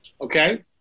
Okay